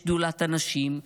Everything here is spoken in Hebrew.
שדולת הנשים,